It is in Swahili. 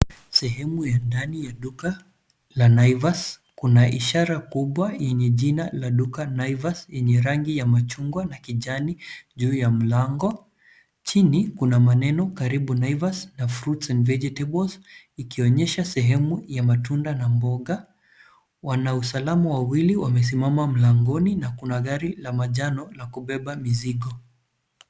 Sehemu ya ndani ya duka la Naivas. Kuna ishara kubwa yenye jina la duka Naivas yenye rangi ya machungwa na kijani juu ya mlango. Chini kuna maneno karibu Naivas na fruits and vegetables ikionyesha sehemu ya matunda na mboga. Wanausalamu wawili wamesimama mlangoni na kuna gari la majano la kubeba mizigo.